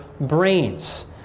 brains